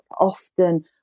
often